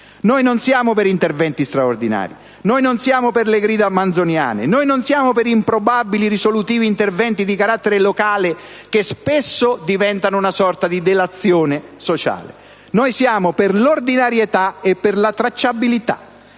Noi non siamo per interventi straordinari, per le gride manzoniane, per improbabili risolutivi interventi di carattere locale, che spesso diventano una sorta di delazione sociale. Siamo piuttosto per l'ordinarietà e la tracciabilità.